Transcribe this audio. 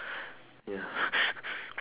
ya